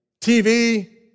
TV